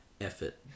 effort